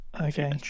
Okay